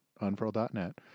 unfurl.net